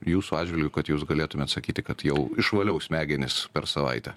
jūsų atžvilgiu kad jūs galėtumėt sakyti kad jau išvaliau smegenis per savaitę